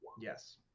Yes